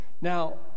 Now